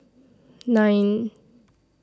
nine